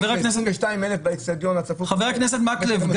חבר הכנסת --- 22,000 באצטדיון הצפוף הזה --- חבר הכנסת מקלב,